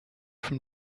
from